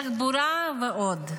תחבורה ועוד.